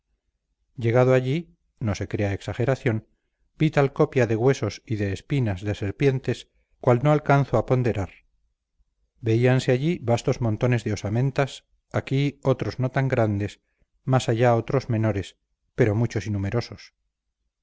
llegado allí no se crea exageración vi tal copia de huesos y de espinas de serpientes cual no alcanzo a ponderar veíanse allí vastos montones de osamentas aquí otros no tan grandes más allá otros menores pero muchos y numerosos